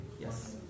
Yes